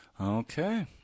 Okay